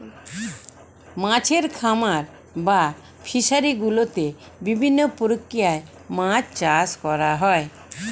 মাছের খামার বা ফিশারি গুলোতে বিভিন্ন প্রক্রিয়ায় মাছ চাষ করা হয়